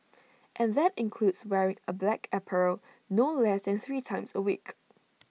and that includes wearing A black apparel no less than three times A week